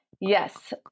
Yes